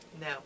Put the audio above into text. No